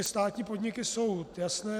Státní podniky jsou jasné.